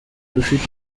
dufite